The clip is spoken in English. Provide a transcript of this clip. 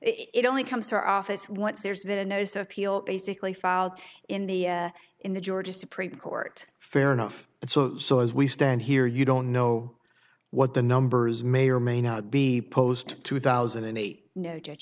it only comes to our office once there's been no so appeal basically filed in the in the georgia supreme court fair enough so so as we stand here you don't know what the numbers may or may not be post two thousand and eight no j